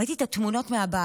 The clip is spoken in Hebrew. ראיתי את התמונות של הבית,